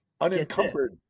Unencumbered